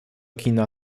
kina